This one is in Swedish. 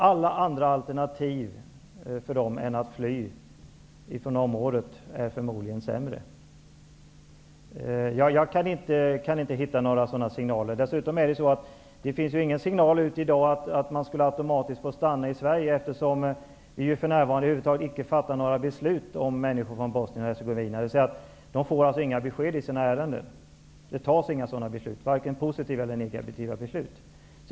Alla andra alternativ än att fly från området är förmodligen sämre för dem. Det finns ingen signal i dag som säger att flyktingarna automatiskt får stanna i Sverige. För närvarande fattas över huvud taget inga beslut gällande människor från Bosnien-Hercegovina. De får inga besked i sina ärenden -- varken positiva eller negativa.